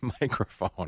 microphone